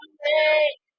make